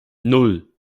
nan